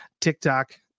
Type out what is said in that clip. TikTok